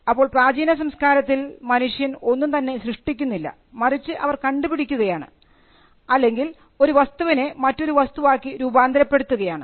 അപ്പോൾ പ്രാചീന സംസ്കാരത്തിൽ മനുഷ്യൻ ഒന്നും തന്നെ സൃഷ്ടിക്കുന്നില്ല മറിച്ച് അവർ കണ്ടുപിടിക്കുകയാണ് അല്ലെങ്കിൽ ഒരു വസ്തുവിനെ മറ്റൊരു വസ്തുവാക്കി രൂപാന്തരപ്പെടുകയാണ്